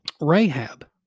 Rahab